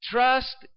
Trust